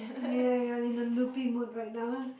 ya you're in a loopy mood right now